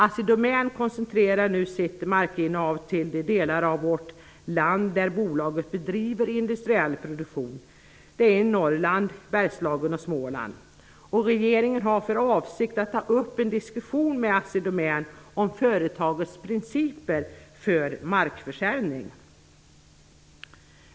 Assi Domän koncentrerar nu sitt markinnehav till de delar av vårt land där bolaget bedriver industriell produktion, dvs. norra Norrland, Bergslagen och Småland. Regeringen har för avsikt att ta upp en diskussion med Assi Domän om företagets principer för markförsäljning.